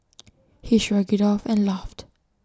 he shrugged IT off and laughed